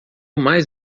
mais